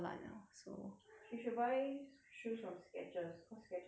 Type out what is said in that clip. she should buy shoes from skechers cause skechers shoes very comfortable